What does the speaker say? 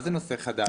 מה זה נושא חדש?